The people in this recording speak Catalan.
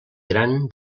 gran